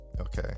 okay